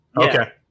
okay